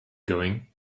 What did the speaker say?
going